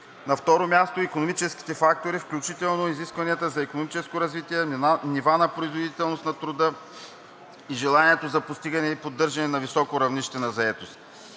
На второ място, са икономическите фактори, включително изискванията за икономическо развитие, нивата на производителност на труда, желанието за постигане и поддържане на високо равнище на заетост.